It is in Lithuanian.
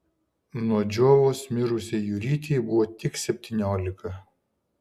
nuo džiovos mirusiai jurytei buvo tik septyniolika